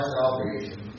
salvation